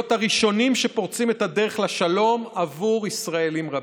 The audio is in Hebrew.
להיות הראשונים שפורצים את הדרך לשלום עבור ישראלים רבים.